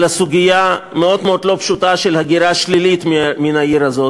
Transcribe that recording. על הסוגיה המאוד-מאוד לא פשוטה של ההגירה השלילית מן העיר הזאת,